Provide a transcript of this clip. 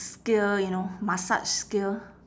skill you know massage skill